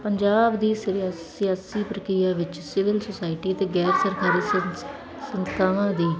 ਪੰਜਾਬ ਦੀ ਸਿਆ ਸਿਆਸੀ ਪ੍ਰਕਿਰਿਆ ਵਿੱਚ ਸਿਵਿਲ ਸੁਸਾਇਟੀ 'ਤੇ ਗੈਰ ਸਰਕਾਰੀ ਸੰਸ ਸੰਸਥਾਵਾਂ ਦੀ